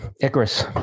Icarus